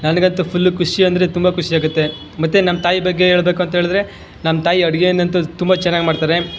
ನನಗಂತು ಫುಲ್ ಖುಷಿ ಅಂದರೆ ತುಂಬ ಖುಷಿ ಆಗುತ್ತೆ ಮತ್ತು ನಮ್ಮ ತಾಯಿ ಬಗ್ಗೆ ಹೇಳ್ಬೇಕು ಅಂತ್ಹೇಳಿದ್ರೆ ನಮ್ಮ ತಾಯಿ ಅಡುಗೆಯನ್ನಂತು ತುಂಬಾ ಚೆನ್ನಾಗಿ ಮಾಡ್ತಾರೆ